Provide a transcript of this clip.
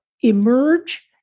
emerge